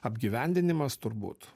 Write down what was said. apgyvendinimas turbūt